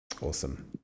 awesome